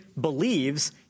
believes